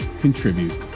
contribute